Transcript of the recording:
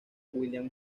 william